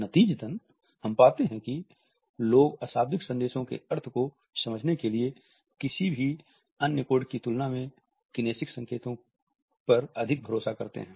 नतीजतन हम पाते हैं कि लोग अशाब्दिक संदेशों के अर्थ को समझने के लिए किसी भी अन्य कोड की तुलना में किनेसिक संकेतों पर अधिक भरोसा करते हैं